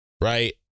Right